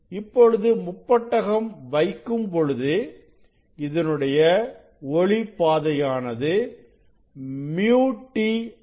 இப்பொழுது முப்பட்டகம் வைக்கும்பொழுது இதனுடைய ஒளி பாதையானது µt ஆகும்